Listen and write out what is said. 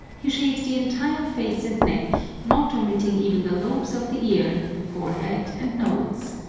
he shaves the entire face and neck, not omitting even the lobes of the ear, the forehead, and nose.